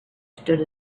stood